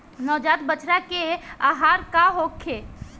नवजात बछड़ा के आहार का होखे?